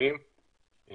כן